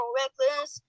reckless